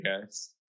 guys